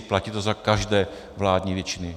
Platí to za každé vládní většiny.